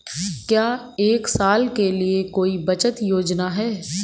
क्या एक साल के लिए कोई बचत योजना है?